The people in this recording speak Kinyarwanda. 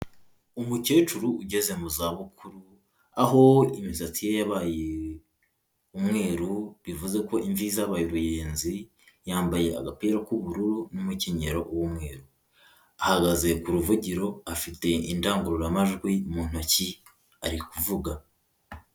Umukecuru ugeze mu za bukuru, aho we imisatsi ye yabaye umweru bivuze ko imvi zabaye uruyenzi, yambaye agapira k'ubururu n'umukenyero w'umweru, ahagaze ku ruvugiro afite indangururamajwi mu ntoki ari kuvuga.